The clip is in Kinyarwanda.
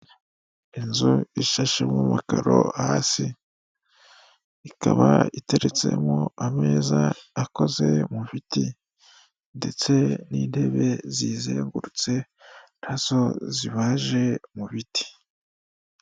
Inzu ishashemo amakaro hasi ikaba iteretsemo ameza akoze mu biti; ndetse n'intebe ziyizengurutse na zo zibaje mu biti.